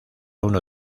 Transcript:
uno